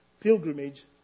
pilgrimage